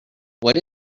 what